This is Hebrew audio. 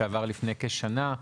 שעבר לפני כשנה.